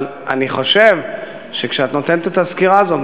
אני חושב שכשאת נותנת את הסקירה הזאת,